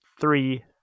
three